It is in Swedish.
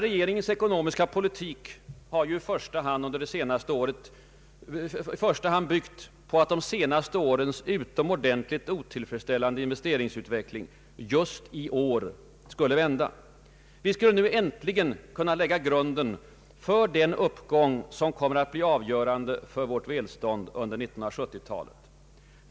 Regeringens ekonomiska politik har ju i första hand byggt på att de senaste årens utomordentligt otillfredsställande investeringsutveckling just i år skulle vända. Vi skulle nu äntligen kunna lägga grunden för den uppgång som kommer att bli avgörande för vårt välstånd under 1970-talet.